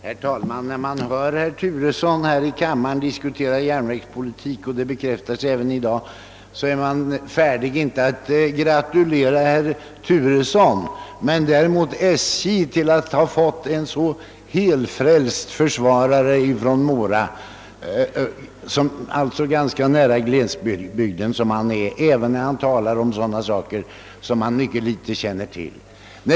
Herr talman! När man hör herr Turesson här i kammaren diskutera järnvägspolitiken — det bekräftas också i dag — är man färdig att gratulera inte herr Turesson men däremot SJ till att ha fått en försvarare från Mora, alltså från trakten ganska nära glesbygden, som är så helfrälst även när han talar om saker som han mycket litet känner till.